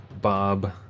Bob